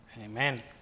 Amen